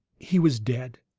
he was dead!